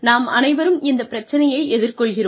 நாம் அனைவரும் இந்த பிரச்சினையை எதிர் கொள்கிறோம்